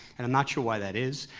and i'm not sure why that is,